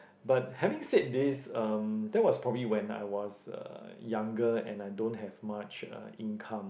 but having said these um that was probably when I was uh younger and I don't have much uh income